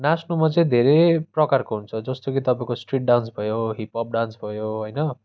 नाच्नुमा चाहिँ धेरै प्रकारको हुन्छ जस्तो कि तपाईँको स्ट्रिट डान्स भयो हिप्अप् डान्स भयो होइन